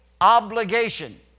obligation